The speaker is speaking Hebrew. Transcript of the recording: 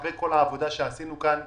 אחרי כל העבודה שעשינו כאן,